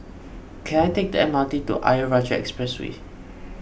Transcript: can I take the M R T to Ayer Rajah Expressway